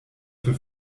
für